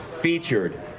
featured